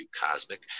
Cosmic